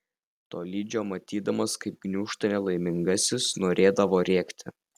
tolydžio matydamas kaip gniūžta nelaimingasis norėdavo rėkti